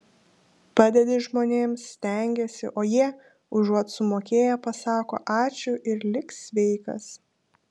padedi žmonėms stengiesi o jie užuot sumokėję pasako ačiū ir lik sveikas